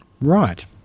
right